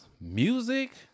music